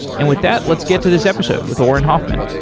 and with that, let's get to this episode with auren hoffman.